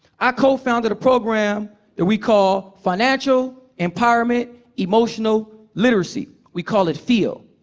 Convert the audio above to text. i cofounded a program that we call financial empowerment emotional literacy. we call it feel,